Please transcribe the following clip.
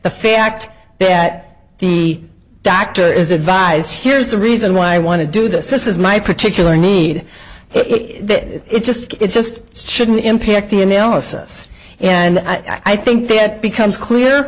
the fact that the doctor is advise here is the reason why i want to do this is my particular need it just it just shouldn't impact the analysis and i think that becomes clear